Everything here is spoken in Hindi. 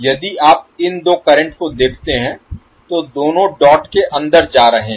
यदि आप इन दो करंट को देखते हैं तो दोनों डॉट के अंदर जा रहे हैं